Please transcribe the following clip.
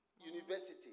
university